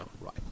right